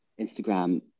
Instagram